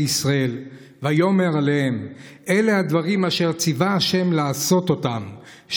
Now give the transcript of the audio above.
ישראל ויאמר אלהם אלה הדברים אשר צוה ה' לעשת אתם.